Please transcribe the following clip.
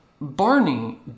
Barney